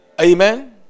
Amen